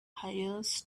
hires